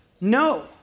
No